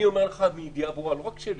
אני אומר לך מידיעה ברורה, לא רק שלי,